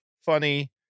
funny